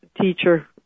teacher